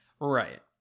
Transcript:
right